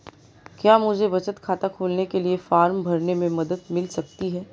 क्या मुझे बचत खाता खोलने के लिए फॉर्म भरने में मदद मिल सकती है?